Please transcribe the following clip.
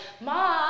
mom